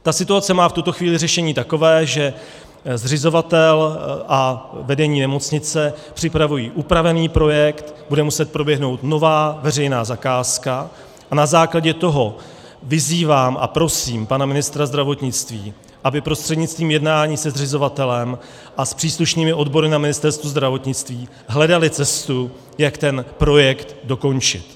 Ta situace se má v tuto chvíli tak, že zřizovatel a vedení nemocnice připravují upravený projekt, bude muset proběhnout nová veřejná zakázka, a na základě toho vyzývám a prosím pana ministra zdravotnictví, aby prostřednictvím jednání se zřizovatelem a s příslušnými odbory na Ministerstvu zdravotnictví hledali cestu, jak ten projekt dokončit.